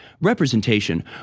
Representation